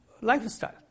lifestyle